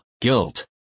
guilt